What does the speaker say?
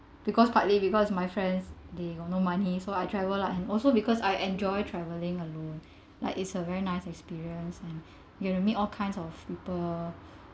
because partly because my friends they got no money so I travel lah and also because I enjoy travelling alone like it's a very nice experience and you'll meet all kinds of people